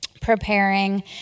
preparing